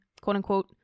quote-unquote